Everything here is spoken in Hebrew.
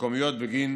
המקומיות בגין